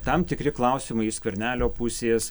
tam tikri klausimai iš skvernelio pusės